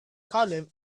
column